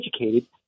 educated